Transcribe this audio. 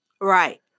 Right